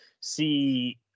see